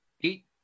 eight